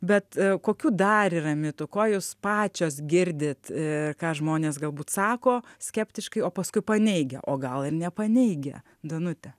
bet kokių dar yra mitų kuo jūs pačios girdit ką žmonės galbūt sako skeptiškai o paskui paneigia o gal ir ne paneigia danute